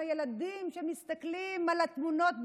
עם הילדים שמסתכלים על התמונות בבית,